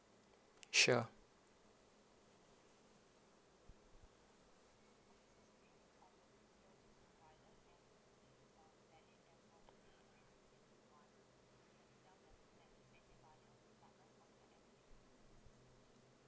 sure